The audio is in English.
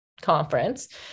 conference